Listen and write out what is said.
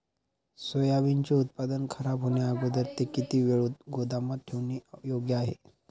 सोयाबीनचे उत्पादन खराब होण्याअगोदर ते किती वेळ गोदामात ठेवणे योग्य आहे?